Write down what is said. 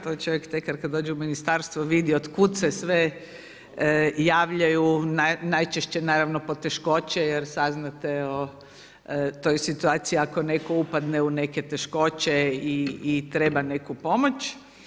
To čovjek tekar kad dođe u ministarstvo vidi od kud se sve javljaju najčešće naravno poteškoće, jer saznate o toj situaciji ako netko upadne u neke teškoće i treba neku pomoć.